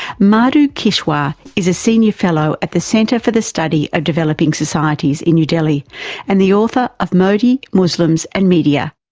madhu kishwar is a senior fellow at the centre for the study of developing societies in new delhi and the author of modi, muslims and media.